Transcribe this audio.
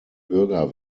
bürger